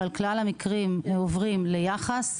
אבל כלל המקרים עוברים ליח"ס.